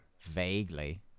Vaguely